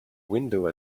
window